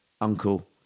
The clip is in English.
uncle